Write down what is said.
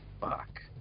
fuck